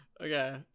Okay